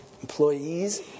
employees